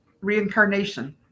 reincarnation